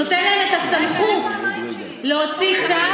נותן להם את הסמכות להוציא צו.